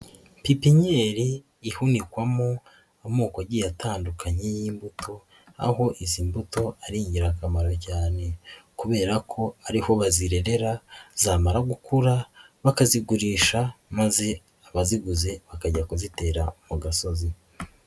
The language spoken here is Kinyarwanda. Pipinyeri ihunikwamo amoko agiye atandukanye y'imbuto aho izi mbuto ari ingirakamaro cyane kubera ko ari ho bazirerera zamara gukura bakazigurisha maze abaziguze bakajya kuzitera mu gasozi.